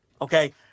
Okay